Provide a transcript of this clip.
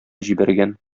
җибәргән